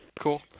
Cool